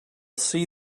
see